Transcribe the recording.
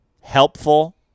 helpful